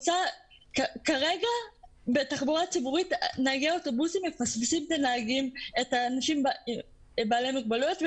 כרגע בתחבורה הציבורית נהגי האוטובוסים מפספסים את בעלי המוגבלויות,